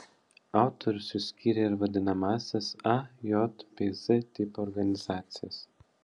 autorius išskyrė ir vadinamąsias a j bei z tipo organizacijas